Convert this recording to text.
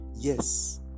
yes